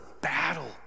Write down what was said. battle